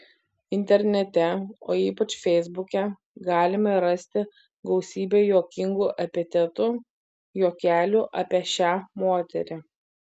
internete o ypač feisbuke galima rasti gausybę juokingų epitetų juokelių apie šią moterį